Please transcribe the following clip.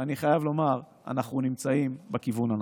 אני חייב לומר, אנחנו נמצאים בכיוון הנכון.